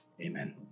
amen